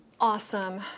Awesome